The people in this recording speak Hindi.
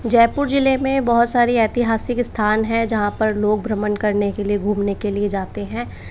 जयपुर ज़िले में बहुत सारी ऐतिहासिक स्थान है जहाँ पर लोग भ्रमण करने के लिए घूमने के लिए जाते हैं